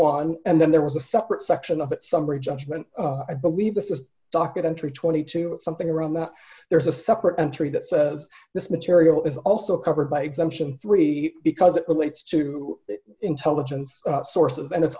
won and then there was a separate section of that summary judgment i believe this is documentary twenty two dollars something around that there is a separate entry that says this material is also covered by exemption three because it relates to intelligence sources and it's